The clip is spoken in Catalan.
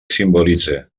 simbolitze